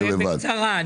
יעקב, בקצרה.